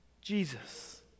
Jesus